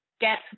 get